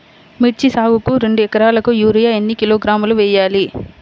మిర్చి సాగుకు రెండు ఏకరాలకు యూరియా ఏన్ని కిలోగ్రాములు వేయాలి?